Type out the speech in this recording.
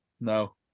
no